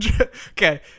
Okay